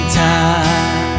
time